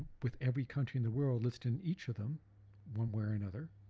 with every country in the world, listing each of them one way or another,